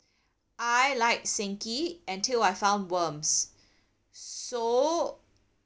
I like seng kee until I found worms so